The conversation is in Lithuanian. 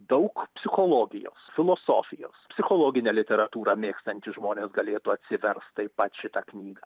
daug psichologijos filosofijos psichologinę literatūrą mėgstantys žmonės galėtų atsiverst taip pat šitą knygą